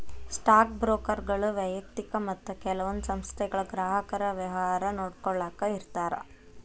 stock ಬ್ರೋಕರ್ಗಳು ವ್ಯಯಕ್ತಿಕ ಮತ್ತ ಕೆಲವೊಂದ್ ಸಂಸ್ಥೆಗಳ ಗ್ರಾಹಕರ ವ್ಯವಹಾರ ನೋಡ್ಕೊಳ್ಳಾಕ ಇರ್ತಾರ